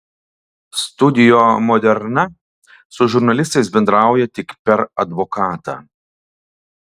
studio moderna su žurnalistais bendrauja tik per advokatą